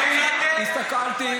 אני הסתכלתי,